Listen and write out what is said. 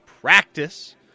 practice